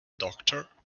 doctor